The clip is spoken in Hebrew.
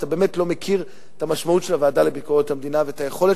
אתה באמת לא מכיר את המשמעות של הוועדה לביקורת המדינה